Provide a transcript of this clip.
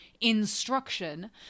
instruction